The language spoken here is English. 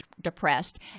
depressed